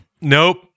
Nope